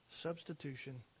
substitution